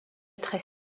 très